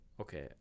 Okay